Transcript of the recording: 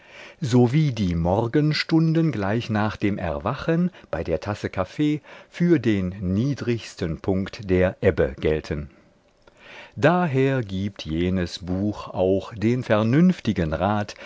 nacht sowie die morgenstunden gleich nach dem erwachen bei der tasse kaffee für den niedrigsten punkt der ebbe gelten daher gibt jenes buch auch den vernünftigen rat